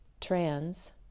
trans